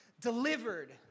delivered